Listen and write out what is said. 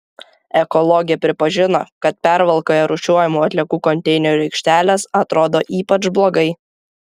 ekologė pripažino kad pervalkoje rūšiuojamų atliekų konteinerių aikštelės atrodo ypač blogai